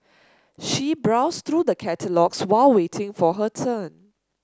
she browsed through the catalogues while waiting for her turn